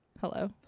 Hello